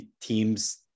teams